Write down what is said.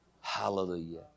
Hallelujah